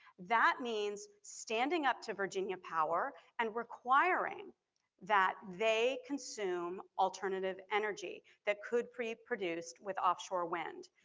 that means standing up to virginia power and requiring that they consume alternative energy that could pre-produced with offshore wind.